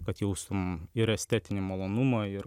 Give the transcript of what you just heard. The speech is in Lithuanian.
kad jaustum ir estetinį malonumą ir